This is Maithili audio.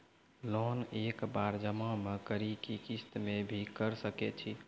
लोन एक बार जमा म करि कि किस्त मे भी करऽ सके छि?